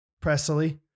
Presley